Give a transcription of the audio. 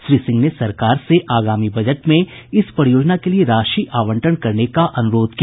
श्री सिंह ने सरकार से आगामी बजट में इस परियोजना के लिए राशि का आवंटन करने का अनुरोध किया